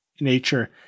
nature